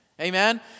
Amen